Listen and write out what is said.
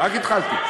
רק התחלתי.